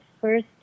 first